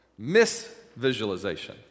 misvisualization